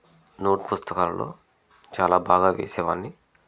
note పుస్తకాలలో చాలా బాగా వేసేవాన్ని